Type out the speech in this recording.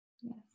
Yes